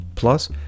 Plus